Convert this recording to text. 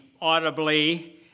audibly